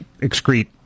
excrete